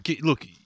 look